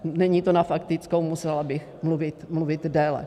Není to na faktickou, musela bych mluvit déle.